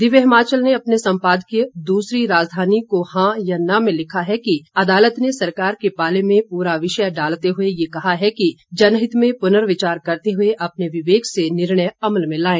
दिव्य हिमाचल ने अपने सम्पादकीय दूसरी राजधानी को हां या न में लिखा है कि अदालत ने सरकार के पाले में पूरा विषय डालते हुए यह कहा है कि जनहित में पुनर्विचार करते हुए अपने विवेक से निर्णय अमल में लाएं